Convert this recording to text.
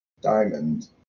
diamond